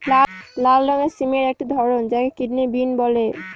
লাল রঙের সিমের একটি ধরন যাকে কিডনি বিন বলে